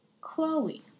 Chloe